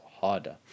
harder